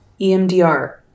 emdr